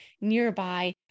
nearby